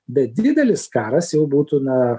bet didelis karas jau būtų na